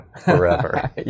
forever